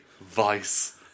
Vice